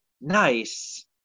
nice